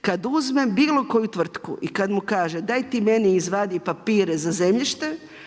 kada uzme bilo koju tvrtku i kada mu kaže, daj ti meni izvadi papire za zemljište